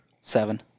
seven